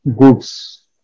goods